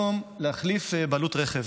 להחליף בעלות על רכב